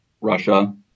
russia